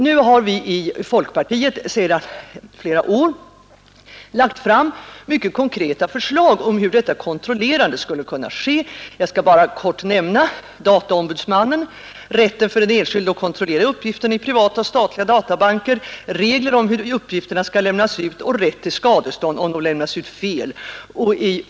Nu har vi i folkpartiet sedan flera år lagt fram mycket konkreta förslag om hur detta kontrollerande skulle kunna ske. Jag skall bara kort nämna dataombudsmannen, rätten för den enskilde att kontrollera uppgifter i privata och statliga databanker, regler om hur uppgifterna skall lämnas ut och rätt till skadestånd om de lämnas ut fel.